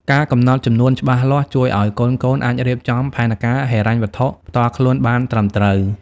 ការកំណត់ចំនួនច្បាស់លាស់ជួយឱ្យកូនៗអាចរៀបចំផែនការហិរញ្ញវត្ថុផ្ទាល់ខ្លួនបានត្រឹមត្រូវ។